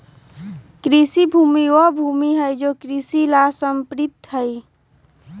कृषि भूमि वह भूमि हई जो कृषि ला समर्पित हई